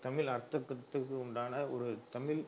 தமிழ் அர்த்தத்துக்கு உண்டான ஒரு தமிழ்